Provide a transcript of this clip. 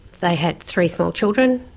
they had three small children.